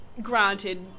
granted